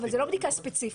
זו לא בדיקה ספציפית,